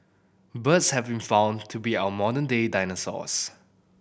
birds have been found to be our modern day dinosaurs